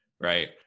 right